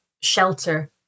shelter